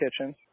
kitchen